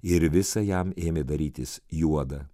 ir visą jam ėmė darytis juoda